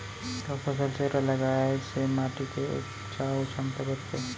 का फसल चक्र लगाय से माटी के उपजाऊ क्षमता बढ़थे?